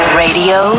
radio